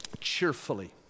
cheerfully